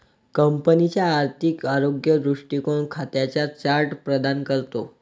कंपनीचा आर्थिक आरोग्य दृष्टीकोन खात्यांचा चार्ट प्रदान करतो